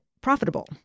profitable